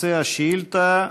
נושא השאילתה: